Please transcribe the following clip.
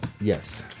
Yes